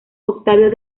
octavio